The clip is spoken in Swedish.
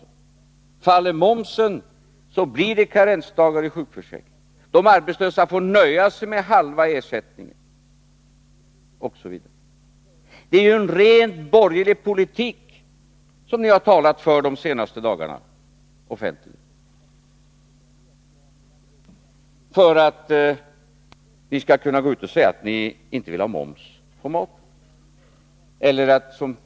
Faller förslaget om momshöjning så blir det karensdagar i sjukförsäkringen, får de arbetslösa nöja sig med halva ersättningen osv. Det är ju en rent borgerlig politik som ni har talat för offentligt de senaste dagarna, när ni går ut och säger att ni inte vill ha moms på maten eller, som C.-H.